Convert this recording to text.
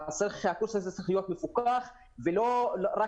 אני הבנתי שיש עניין של תקציב ולכן אני